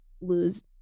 lose